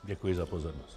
Děkuji za pozornost.